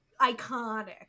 iconic